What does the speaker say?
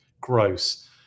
Gross